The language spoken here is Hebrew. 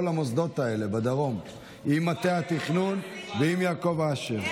המוסדות האלה בדרום עם מטה התכנון ועם יעקב אשר.